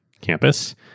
campus